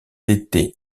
été